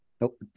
Nope